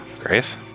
Grace